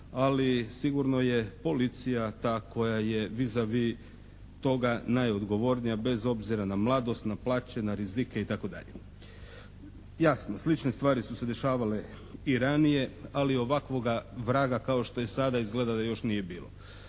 ali sigurno je policija ta koja je vis a vis toga najodgovornija bez obzira na mladost, na plaće, na rizike itd. Jasno, slične stvari su se dešavale i ranije ali ovakvoga vraga kao što je sada izgleda da još nije bilo.